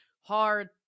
hard